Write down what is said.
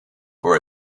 for